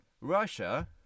Russia